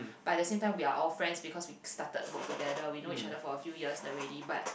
but at the same time we are all friends because we started work together we know each other for a few years already but